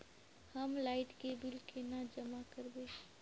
हम लाइट के बिल केना जमा करबे?